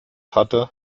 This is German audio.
hatte